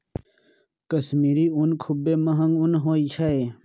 कश्मीरी ऊन खुब्बे महग ऊन होइ छइ